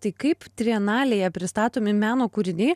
tai kaip trienalėje pristatomi meno kūriniai